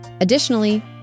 Additionally